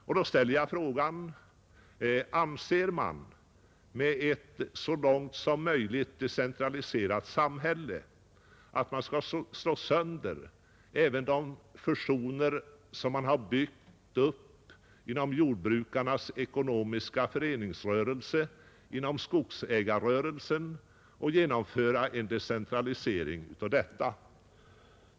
Och då ställer jag frågan: Menar man med ”ett så långt möjligt decentraliserat samhälle” att man vill slå sönder även de fusioner som man har byggt upp inom jordbrukarnas ekonomiska föreningsrörelse och skogsägarrörelsen, så att man även där genomför en decentralisering?